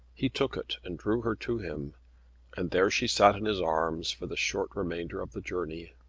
he took it and drew her to him and there she sat in his arms for the short remainder of the journey.